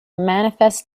manifest